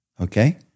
okay